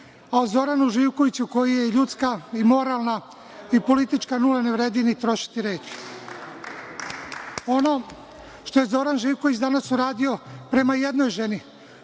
a o Zoranu Živkoviću koji je ljudska i moralna i politička nula ne vredi ni trošiti reči. Ono što je Zoran Živković danas uradio prema jednoj ženi,